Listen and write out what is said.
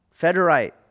Federite